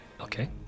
okay